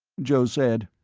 joe said,